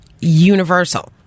universal